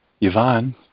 Yvonne